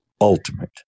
Ultimate